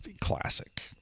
classic